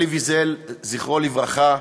אלי ויזל, זכרו לברכה,